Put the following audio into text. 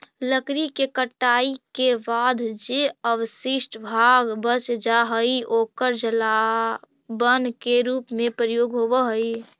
लकड़ी के कटाई के बाद जे अवशिष्ट भाग बच जा हई, ओकर जलावन के रूप में प्रयोग होवऽ हई